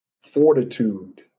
fortitude